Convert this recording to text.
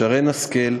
שרן השכל,